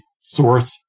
source